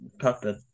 puppet